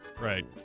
right